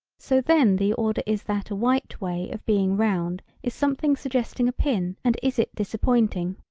so then the order is that a white way of being round is something suggesting a pin and is it disappointing,